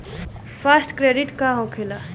Fast credit का होखेला?